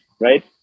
right